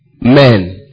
men